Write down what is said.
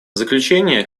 заключение